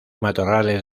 matorrales